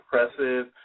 impressive